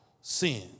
sin